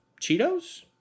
Cheetos